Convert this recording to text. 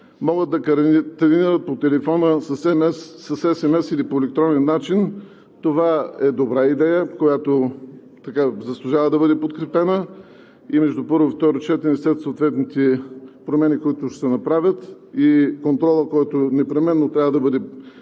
могат да карантинират по телефона с есемес или по електронен начин, това е добра идея, която заслужава да бъде подкрепена между първо и второ четене след съответните промени, които ще се направят, както и контролът, който непременно трябва да бъде